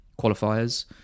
qualifiers